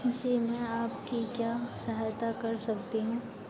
जी मैं आपकी क्या सहायता कर सकती हूँ